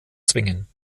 zwingen